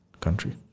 country